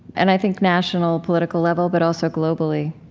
and i think national, political level, but also globally.